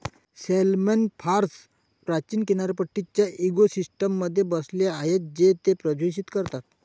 salmon farms प्राचीन किनारपट्टीच्या इकोसिस्टममध्ये बसले आहेत जे ते प्रदूषित करतात